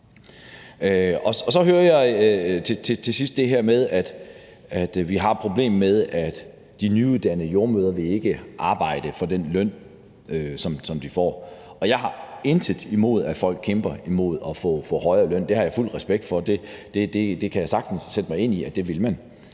de her forhold. Så hører jeg, at vi har et problem med, at de nyuddannede jordemødre ikke vil arbejde for den løn, de får. Jeg har intet imod, at folk kæmper for at få højere løn. Det har jeg fuld respekt for. Det kan jeg sagtens sætte mig ind i at man vil.